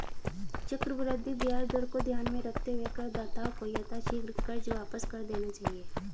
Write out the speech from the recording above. चक्रवृद्धि ब्याज दर को ध्यान में रखते हुए करदाताओं को यथाशीघ्र कर्ज वापस कर देना चाहिए